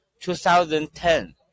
2010